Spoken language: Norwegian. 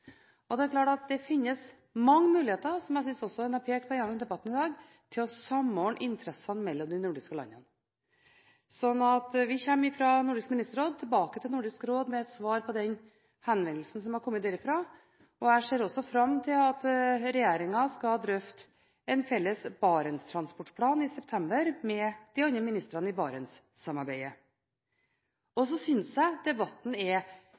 Det er klart at det finnes mange muligheter – som jeg også synes en har pekt på i debatten i dag – til å samordne interessene mellom de nordiske landene. Vi kommer fra Nordisk Ministerråd tilbake til Nordisk råd med et svar på den henvendelsen som er kommet derfra. Jeg ser også fram til at regjeringen skal drøfte en felles Barentstransportplan i september med de andre ministrene i Barentssamarbeidet. Så synes jeg debatten er